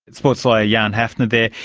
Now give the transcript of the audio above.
and sports lawyer yann hafner there.